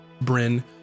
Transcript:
Bryn